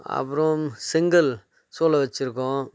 அப்புறம் செங்கல் சூலை வச்சிருக்கோம்